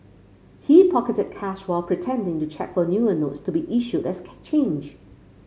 he pocketed cash while pretending to check for newer notes to be issued as change